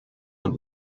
und